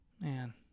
Man